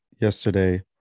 yesterday